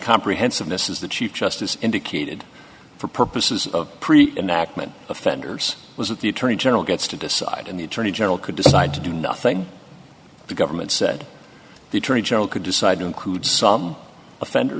comprehensiveness is the chief justice indicated for purposes of pre and ackman offenders was that the attorney general gets to decide and the attorney general could decide to do nothing the government said the attorney general could decide to include some offender